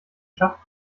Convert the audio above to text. schacht